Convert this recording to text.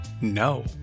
no